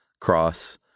Cross